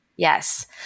Yes